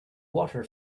water